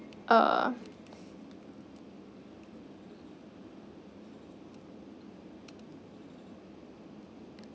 uh